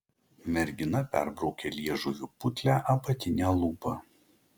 mergina perbraukė liežuviu putlią apatinę lūpą